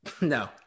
No